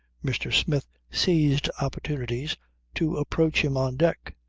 mr. smith seized opportunities to approach him on deck.